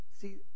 See